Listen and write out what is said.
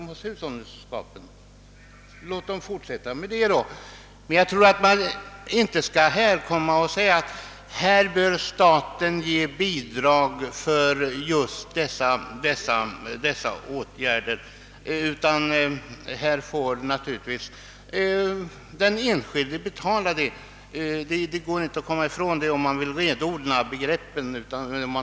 Låt dem gärna fortsätta med den, men man skall inte säga att staten bör ge bidrag till verksamheten utan den enskilde får naturligtvis betala vad det kostar. Det går inte att komma ifrån det om man vill renodla begreppen.